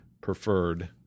preferred